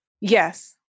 Yes